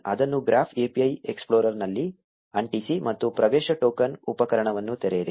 ಅದನ್ನು graph API ಎಕ್ಸ್ಪ್ಲೋರರ್ನಲ್ಲಿ ಅಂಟಿಸಿ ಮತ್ತು ಪ್ರವೇಶ ಟೋಕನ್ ಉಪಕರಣವನ್ನು ತೆರೆಯಿರಿ